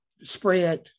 spread